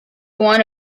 one